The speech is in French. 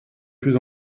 plus